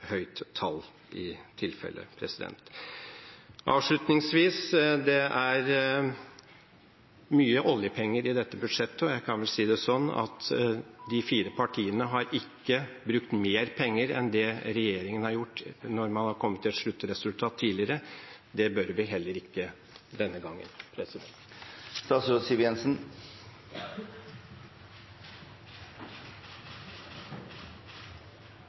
høyt tall i tilfelle. Avslutningsvis: Det er mye oljepenger i dette budsjettet, og jeg kan vel si det sånn at de fire partiene har ikke brukt mer penger enn det regjeringen har gjort når man har kommet til et sluttresultat tidligere. Det bør vi heller ikke denne gangen.